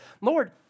Lord